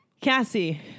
Cassie